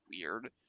weird